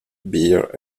beer